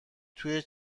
توی